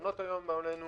מעונות היום באו אלינו